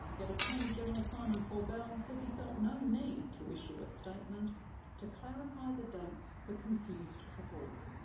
yet attorney general simon corbell says he felt no need to issue a statement to clarify the dates for confused couples.